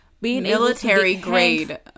Military-grade